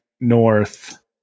north